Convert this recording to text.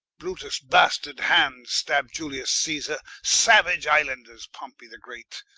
brutus bastard hand stab'd iulius caesar. sauage islanders pompey the great,